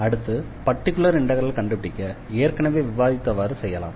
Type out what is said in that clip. அடுத்து பர்டிகுலர் இண்டெக்ரலை கண்டுபிடிக்க ஏற்கனவே விவாதித்தவாறு செய்யலாம்